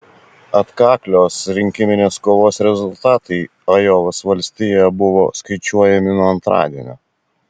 atkaklios rinkiminės kovos rezultatai ajovos valstijoje buvo skaičiuojami nuo antradienio